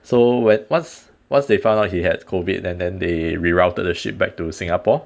so once once they found out he had COVID and then they rerouted the ship back to singapore